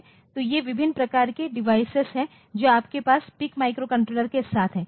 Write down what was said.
तो ये विभिन्न प्रकार के डिवाइस हैं जो आपके पास PIC माइक्रोकंट्रोलर के साथ हैं